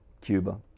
Cuba